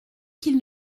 qu’ils